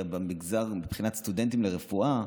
מבחינת סטודנטים לרפואה,